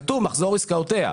כתוב "מחזור עסקאותיה".